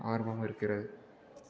ஆர்வம் இருக்கிறது